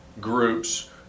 groups